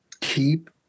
keep